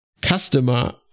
customer